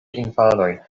infanojn